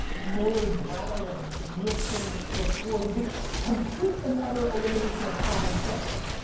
millward brown and nielsen, reporting, just complete and utter elimination of common sense.